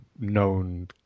known